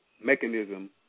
mechanism